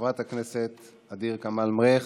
חברת הכנסת ע'דיר כמאל מריח,